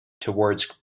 towards